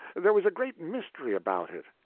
there was a great mystery about it.